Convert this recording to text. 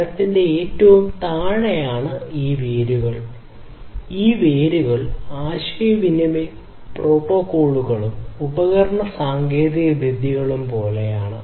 മരത്തിന്റെ ഏറ്റവും താഴെയാണ് ഈ വേരുകൾ ഈ വേരുകൾ ആശയവിനിമയ പ്രോട്ടോക്കോളുകളും ഉപകരണ സാങ്കേതികവിദ്യകളും പോലെയാണ്